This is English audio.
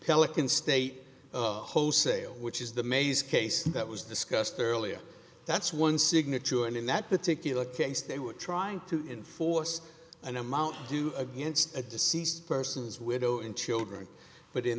pelican state wholesale which is the maze case that was discussed earlier that's one signature and in that particular case they were trying to enforce an amount due against a deceased persons widow and children but in